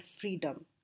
freedom